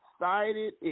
excited